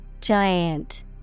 Giant